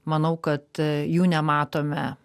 manau kad jų nematome